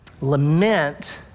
Lament